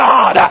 God